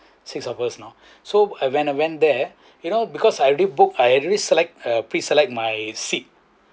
six of us you know so uh when I went there you know because I already book I already select uh pre-select my seat